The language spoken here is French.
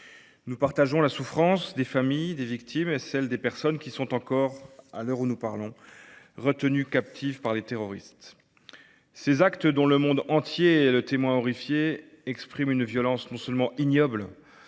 Nous partageons la souffrance des familles des victimes et celles des personnes qui sont encore, à l’heure où nous parlons, retenues captives par les terroristes. Ces actes, dont le monde entier est le témoin horrifié, constituent une violence non seulement ignoble